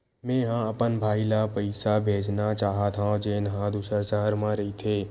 मेंहा अपन भाई ला पइसा भेजना चाहत हव, जेन हा दूसर शहर मा रहिथे